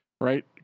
Right